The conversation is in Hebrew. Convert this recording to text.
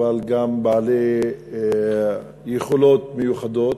אבל גם בעלי יכולות מיוחדות,